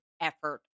effort